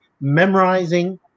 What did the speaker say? memorizing